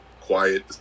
quiet